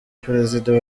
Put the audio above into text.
perezida